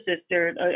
sister